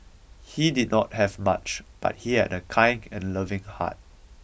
he did not have much but he had a kind and loving heart